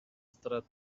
threat